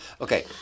Okay